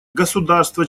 государства